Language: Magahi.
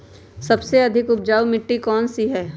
सबसे अधिक उपजाऊ मिट्टी कौन सी हैं?